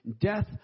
Death